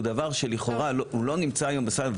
הוא דבר שלכאורה לא נמצא היום בסל.